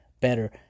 better